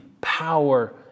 power